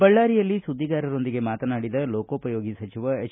ಬಳ್ಳಾರಿಯಲ್ಲಿ ಸುದ್ದಿಗಾರೊಂದಿಗೆ ಮಾತನಾಡಿದ ಲೋಕೋಪಯೋಗಿ ಸಚಿವ ಎಚ್